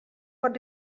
pot